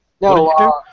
No